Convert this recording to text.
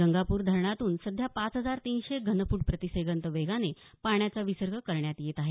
गंगापूर धरणातून सध्या पाच हजार तीनशे घनफूट प्रतिसेकंद वेगाने पाण्याचा विसर्ग करण्यात येत आहे